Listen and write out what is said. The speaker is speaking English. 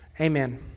Amen